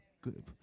Good